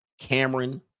Cameron